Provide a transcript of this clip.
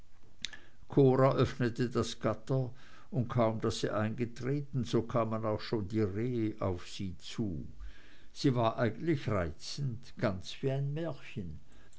öffnete das gatter und kaum daß sie eingetreten so kamen auch schon die rehe auf sie zu es war eigentlich reizend ganz wie ein märchen